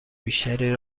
بیشتری